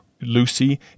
Lucy